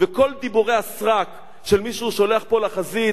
וכל דיבורי הסרק של מי שהוא שולח פה לחזית,